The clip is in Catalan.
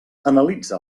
analitza